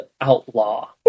Outlaw